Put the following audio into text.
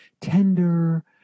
tender